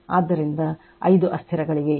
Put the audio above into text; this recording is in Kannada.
ಆದ್ದರಿಂದ 5 ಅಸ್ಥಿರಗಳಿವೆ